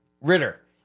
Ritter